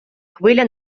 хвиля